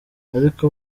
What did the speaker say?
ariko